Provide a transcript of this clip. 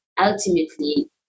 ultimately